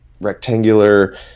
rectangular